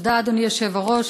אדוני היושב-ראש,